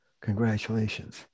congratulations